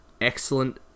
excellent